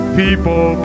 people